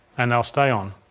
and they'll stay on.